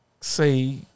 say